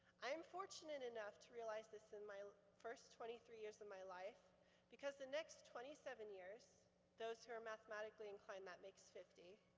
i am fortunate enough to realize this in my first twenty three years in my life because the next twenty seven years those who are mathematically inclined, that makes fifty